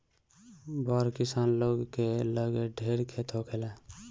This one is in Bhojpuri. बड़ किसान लोग के लगे ढेर खेत होखेला